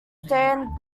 stand